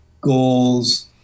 goals